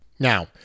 Now